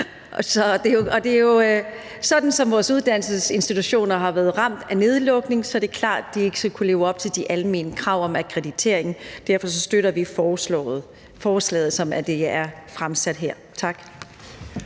giver mening. Sådan som vores uddannelsesinstitutioner har været ramt af nedlukning, er det klart, at de ikke skal kunne leve op til de almene krav om akkreditering. Derfor støtter vi forslaget, som det er fremsat her. Tak.